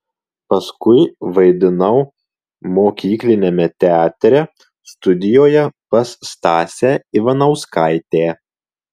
paskui vaidinau mokykliniame teatre studijoje pas stasę ivanauskaitę